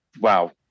wow